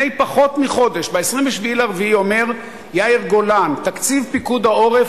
ב-27 באפריל אומר יאיר גולן: תקציב פיקוד העורף